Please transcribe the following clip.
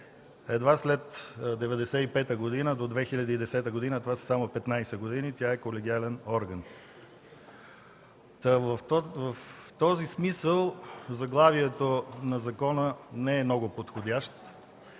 от 1995 г. до 2010 г. – това са само 15 години, тя е колегиален орган. В този смисъл заглавието на закона не е много подходящо.